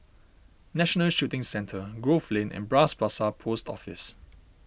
National Shooting Centre Grove Lane and Bras Basah Post Office